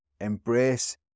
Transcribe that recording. Embrace